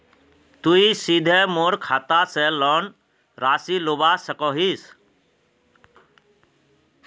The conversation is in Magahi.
तुई सीधे मोर खाता से लोन राशि लुबा सकोहिस?